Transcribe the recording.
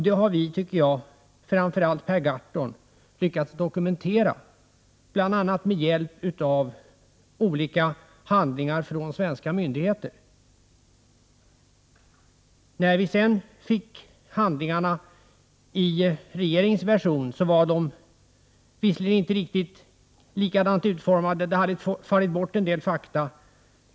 Det har vi, tycker jag — framför allt Per Gahrton — lyckats dokumentera bl.a. med hjälp av olika handlingar från svenska myndigheter. När vi sedan fick handlingarna i regeringens version var de visserligen inte riktigt likadant utformade. Det hade fallit bort en del fakta.